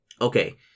okay